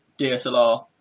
DSLR